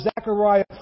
Zechariah